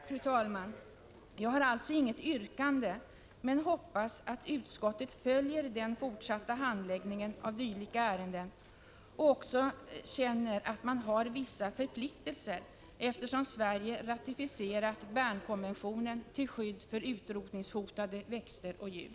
Fru talman! Jag har alltså inget yrkande men hoppas att utskottet följer den fortsatta handläggningen av dylika ärenden och också känner att man har